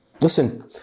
Listen